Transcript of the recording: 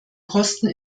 kosten